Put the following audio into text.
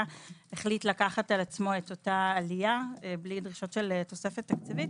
החליט לקחת על עצמו אותה עלייה בלי דרישות של תוספת תקציבית.